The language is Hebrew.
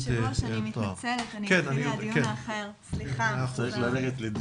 היושב ראש, אני מתנצלת, מחכים לי לדיון האחר.